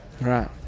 Right